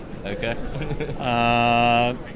Okay